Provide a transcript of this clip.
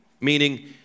meaning